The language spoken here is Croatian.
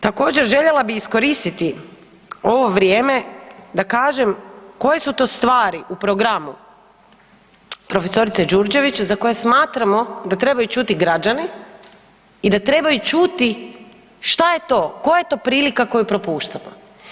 Također željela bih iskoristiti ovo vrijeme da kažem koje su to stvari u programu prof. Đurđević za koje smatramo da trebaju čuti građani i da trebaju čuti šta je to, koja je to prilika koju propuštamo.